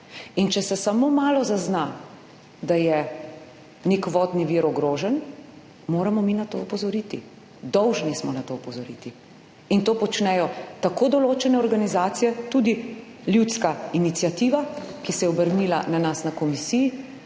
ga. Če se samo malo zazna, da je nek vodni vir ogrožen, moramo mi na to opozoriti, dolžni smo na to opozoriti in to počnejo tako določene organizacije, tudi Ljudska iniciativa, ki se je obrnila na nas na komisiji,